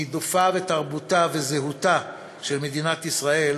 מנופה ותרבותה וזהותה של מדינת ישראל,